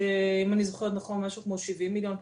אם אני זוכרת נכון זה משהו כמו 70 מיליון ₪,